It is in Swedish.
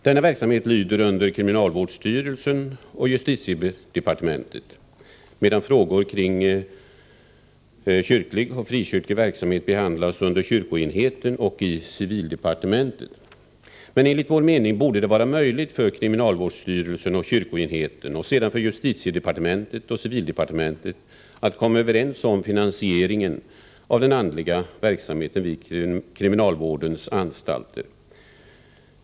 Denna verksamhet lyder under kriminalvårdsstyrelsen och justitiedepartementet, medan frågor kring kyrklig och frikyrklig verksamhet behandlas under kyrkoenheten och i civildepartementet. Enligt vår mening borde det vara möjligt för kriminalvårdsstyrelsen och kyrkoenheten och sedan för justitiedepartementet och civildepartementet att komma överens om finansieringen av den andliga verksamheten vid kriminalvårdens anstalter.